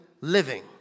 living